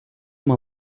uma